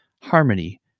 harmony